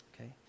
okay